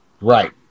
Right